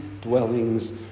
dwellings